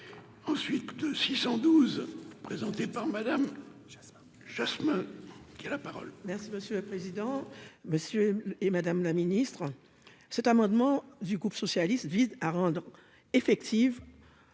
ensuite de 612 présenté par Madame Jasmin, Jasmin qui a la parole. Merci monsieur le président, Monsieur et Madame la Ministre, cet amendement du groupe socialiste vise à rendre effective